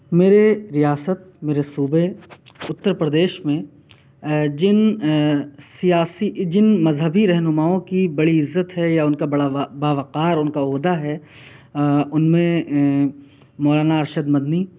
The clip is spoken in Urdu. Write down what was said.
میرے ریاست میرے صوبے اُترپردیش میں جن سیاسی جن مذہبی رہنماؤں کی بڑی عزت ہے یا اُن کا بڑاوا باوقار اُن کا عہدہ ہے اُن میں مولانا ارشد مدنی